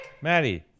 Maddie